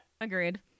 agreed